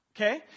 Okay